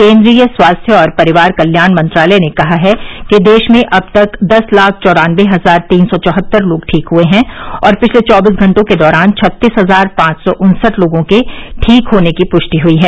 केन्द्रीय स्वास्थ्य और परिवार कल्याण मंत्रालय ने कहा है कि देश में अब तक दस लाख चौरानबे हजार तीन सौ चौहत्तर लोग ठीक हुए हैं और पिछले चौबीस घंटों के दौरान छत्तीस हजार पांच सौ उन्सठ लोगों के ठीक होने की पुष्टि हुई है